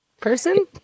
person